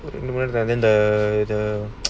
and then the the